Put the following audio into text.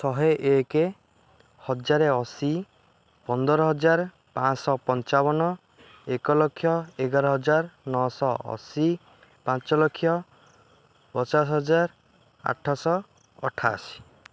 ଶହେ ଏକ ହଜାରେ ଅଶୀ ପନ୍ଦର ହଜାର ପାଞ୍ଚ ଶହ ପଞ୍ଚାବନ ଏକ ଲକ୍ଷ ଏଗାର ହଜାର ନଅଶହ ଅଶୀ ପାଞ୍ଚଲକ୍ଷ ପଚାଶ ହଜାର ଆଠଶହ ଅଠାଅଶୀ